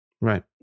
Right